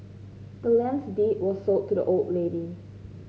the land's deed was sold to the old lady